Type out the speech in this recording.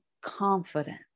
confident